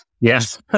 Yes